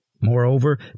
Moreover